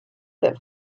that